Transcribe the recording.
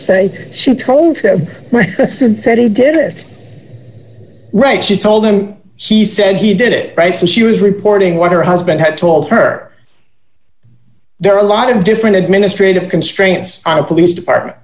hearsay she told him that he did it right she told him he said he did it right so she was reporting what her husband had told her there are a lot of different administrative constraints on a police department